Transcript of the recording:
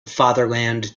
fatherland